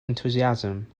enthusiasm